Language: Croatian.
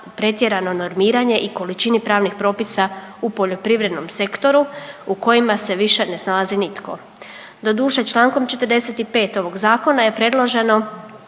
pretjerano normiranje i količini pravnih propisa u poljoprivrednom sektoru u kojima se više ne snalazi nitko. Doduše čl. 45. ovog zakona je predloženo